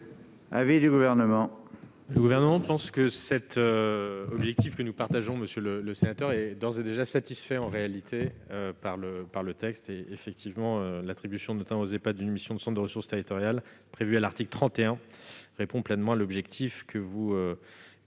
l'avis du Gouvernement.